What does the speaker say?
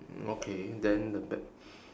mm okay then the bet~